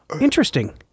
Interesting